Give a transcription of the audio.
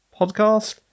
Podcast